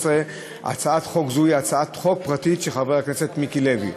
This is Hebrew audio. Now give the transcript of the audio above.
התשע"ו 2016. הצעת חוק זו היא הצעת חוק פרטית של חבר הכנסת מיקי לוי.